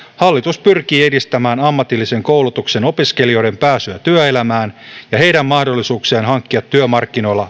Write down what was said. hallitus pyrkii edistämään ammatillisen koulutuksen opiskelijoiden pääsyä työelämään ja heidän mahdollisuuksiaan hankkia työmarkkinoilla